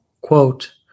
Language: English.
quote